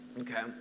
Okay